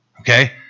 Okay